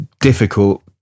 difficult